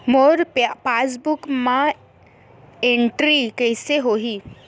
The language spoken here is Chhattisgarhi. मोर पासबुक मा एंट्री कइसे होही?